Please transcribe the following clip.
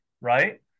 right